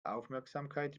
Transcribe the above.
aufmerksamkeit